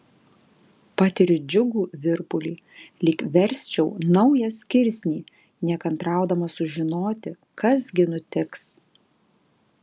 patiriu džiugų virpulį lyg versčiau naują skirsnį nekantraudama sužinoti kas gi nutiks